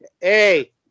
hey